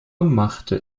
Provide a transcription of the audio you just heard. machte